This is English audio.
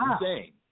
insane